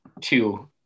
two